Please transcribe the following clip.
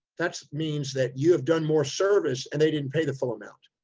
that means that you have done more service and they didn't pay the full amount.